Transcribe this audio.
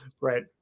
right